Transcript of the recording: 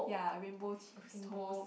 ya rainbow cheese toast